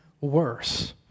worse